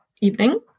evening